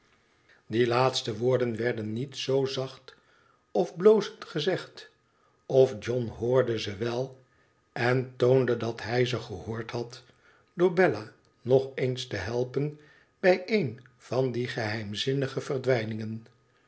die laatste woorden werden niet z zacht of blozend gezegd of john hoorde ze wel en toonde dat hij ze gehoord had door bella nog eens te helpen bij een van die geheimzinnige verdwijningen